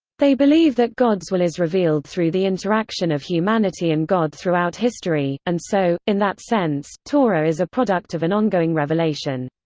they believe that god's will is revealed through the interaction of humanity and god throughout history, and so, in that sense, torah is a product of an ongoing revelation.